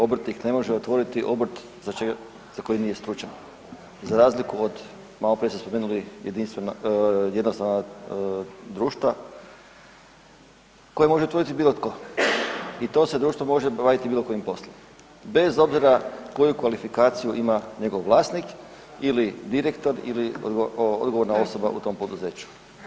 Obrtnik ne može otvoriti obrt za koji nije stručan, za razliku od, maloprije ste spomenuli jednostavna društva koja može otvoriti bilo tko i to se društvo može baviti bilo kojim poslom bez obzira koju kvalifikaciju ima njegov vlasnik ili direktor ili odgovorna osoba u tom poduzeću.